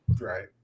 Right